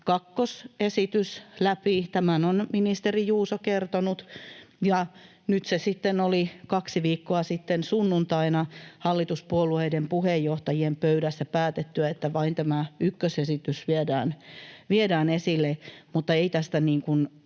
kakkosesitys läpi. Tämän on ministeri Juuso kertonut. Nyt sitten oli kaksi viikkoa sitten sunnuntaina hallituspuolueiden puheenjohtajien pöydässä päätetty, että vain ykkösesitys viedään esille, mutta ei tästä